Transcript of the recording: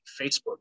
Facebook